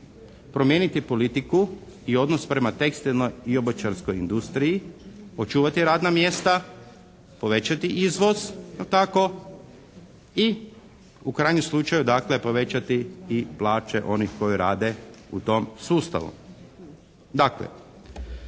promijeniti politiku i odnos prema tekstilnoj i obućarskoj industriji, očuvati radna mjesta, povećati izvoz je li tako i u krajnjem slučaju dakle povećati i plaće onih koji rade u tom sustavu. Dakle,